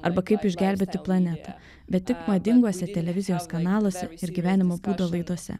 arba kaip išgelbėti planetą bet tik madinguose televizijos kanaluose ir gyvenimo būdo laidose